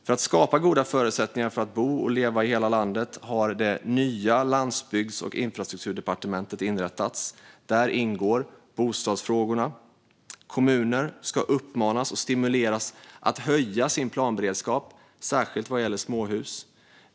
För att skapa goda förutsättningar för att bo och leva i hela landet har Landsbygds och infrastrukturdepartementet inrättats. Där ingår bostadsfrågorna. Kommuner ska uppmanas och stimuleras att höja sin planberedskap, särskilt vad gäller småhus.